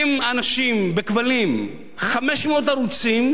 אנשים מקבלים בכבלים 500 ערוצים,